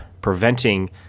preventing